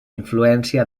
influència